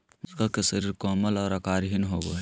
Mollusca के शरीर कोमल और आकारहीन होबय हइ